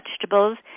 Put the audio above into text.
vegetables